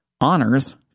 honors